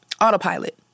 autopilot